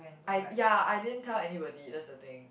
I ya I didn't tell anybody that's the thing